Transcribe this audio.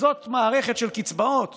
כזאת מערכת של קצבאות